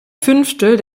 fünftel